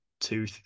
two